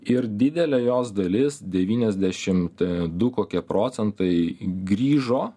ir didelė jos dalis devyniasdešimt du kokie procentai grįžo